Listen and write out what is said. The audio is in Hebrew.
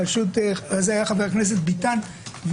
בראשות חבר הכנסת ביטן,